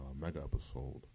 mega-episode